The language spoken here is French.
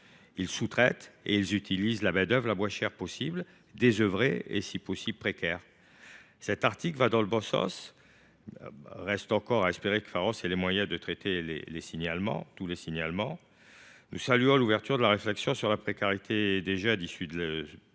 Ils sous traitent et utilisent la main d’œuvre la moins chère possible, désœuvrée et si possible précaire. Si cet article va dans le bon sens, nous espérons que Pharos aura les moyens de traiter tous les signalements. Nous saluons l’ouverture de la réflexion sur la précarité des jeunes. Issus parfois